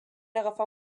agafar